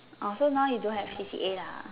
orh so now you don't have C_C_A lah